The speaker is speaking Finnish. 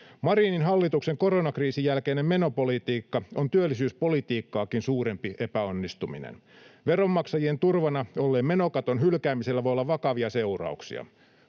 Marinin hallituksen koronakriisin jälkeinen menopolitiikka on työllisyyspolitiikkaakin suurempi epäonnistuminen. Veronmaksajien turvana olleen menokaton hylkäämisellä voi olla vakavia seurauksia.